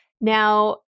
Now